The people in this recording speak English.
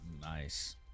Nice